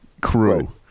crew